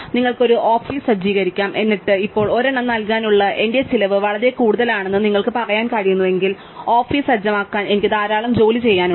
നിങ്ങൾക്ക് ഒരു ഓഫീസ് സജ്ജീകരിക്കാം എന്നിട്ട് ഇപ്പോൾ ഒരെണ്ണം നൽകാനുള്ള എന്റെ ചിലവ് വളരെ കൂടുതലാണെന്ന് നിങ്ങൾക്ക് പറയാൻ കഴിയുന്നില്ലെങ്കിൽ ഓഫീസ് സജ്ജമാക്കാൻ എനിക്ക് ധാരാളം ജോലി ചെയ്യാനുണ്ട്